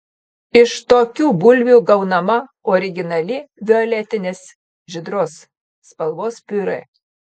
iš tokių bulvių gaunama originali violetinės žydros spalvos piurė